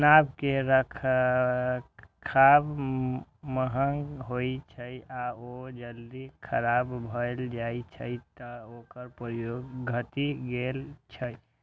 नाव के रखरखाव महग होइ छै आ ओ जल्दी खराब भए जाइ छै, तें ओकर प्रयोग घटि गेल छै